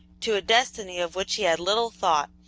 to a destiny of which he had little thought,